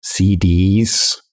CDs